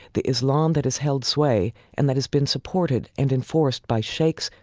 the islam that has held sway and that has been supported and enforced by sheikhs,